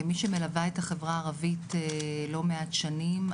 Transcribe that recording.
כמי שמלווה את החברה הערבית לא מעט שנים,